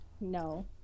No